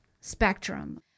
spectrum